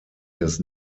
his